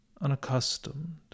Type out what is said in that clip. unaccustomed